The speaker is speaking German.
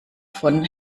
von